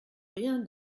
rien